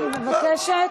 אני מבקשת,